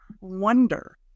wonder